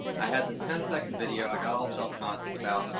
i had this ten second video. i got all self conscious about,